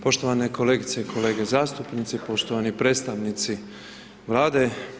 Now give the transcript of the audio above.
Poštovane kolegice i kolege zastupnici, poštovani predstavnici Vlade.